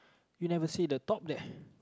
you never see the top there